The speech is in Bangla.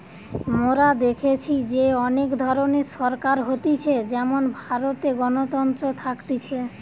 মোরা দেখেছি যে অনেক ধরণের সরকার হতিছে যেমন ভারতে গণতন্ত্র থাকতিছে